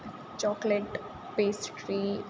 chocolate pastry